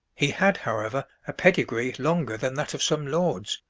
he had, however, a pedigree longer than that of some lords.